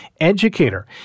educator